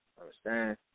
Understand